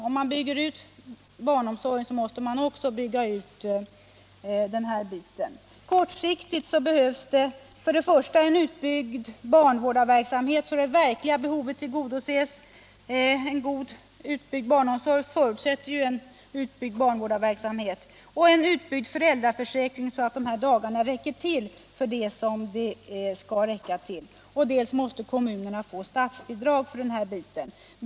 Om man bygger ut barnomsorgen, så måste man också bygga ut denna del. Kortsiktigt behövs det en utbyggd barnvårdarverksamhet så att det verkliga behovet tillgodoses — en väl utbyggd barnomsorg förutsätter ju en utbyggd barnvårdarverksamhet — och en utbyggd föräldraförsäkring, 113 så att de här dagarna räcker för det som de skall räcka till. Kommunerna måste också få statsbidrag för denna verksamhet.